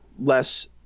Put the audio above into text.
less